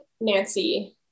Nancy